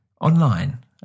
online